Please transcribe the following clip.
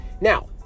Now